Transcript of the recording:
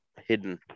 hidden